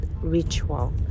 ritual